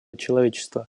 человечества